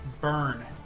burn